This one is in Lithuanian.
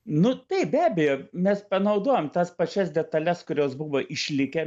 nu taip be abejo mes panaudojom tas pačias detales kurios buvo išlikę